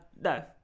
No